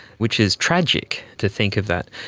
which is tragic, to think of that.